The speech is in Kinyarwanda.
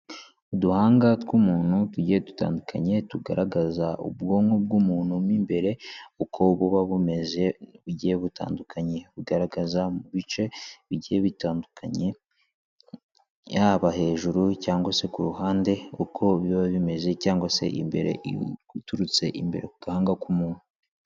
Uduhanga tw'umuntu tugiye dutandukanye tugaragaza ubwonko bw'umuntu mo imbere, uko buba bumeze bugiye butandukanye. Bugaragaza mu bice bigiye bitandukanye, yaba hejuru cyangwa se ku ruhande uko biba bimeze cyangwa se imbere, iyo uturutse imbere ku gahanga k'umuntu.